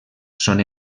són